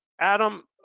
Adam